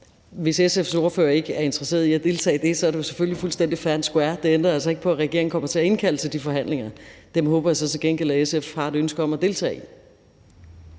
Hvis SF's ordfører ikke er interesseret i at deltage i det, er det jo selvfølgelig fuldstændig fair and square. Det ændrer altså ikke på, at regeringen kommer til at indkalde til de forhandlinger. Dem håber jeg så til gengæld at SF har et ønske om at deltage i.